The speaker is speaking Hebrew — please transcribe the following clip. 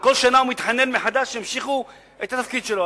וכל שנה הוא מתחנן מחדש שימשיכו את התפקיד שלו.